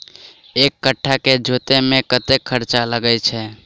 एक कट्ठा केँ जोतय मे कतेक खर्चा लागै छै?